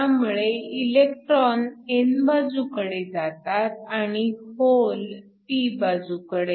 त्यामुळे electron n बाजूकडे जातात आणि होल p बाजूकडे